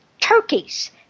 turkeys